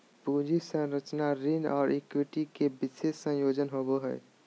पूंजी संरचना ऋण और इक्विटी के विशेष संयोजन होवो हइ